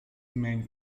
main